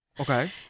Okay